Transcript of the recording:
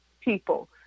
people